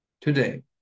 today